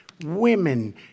women